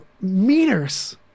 meters